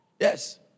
Yes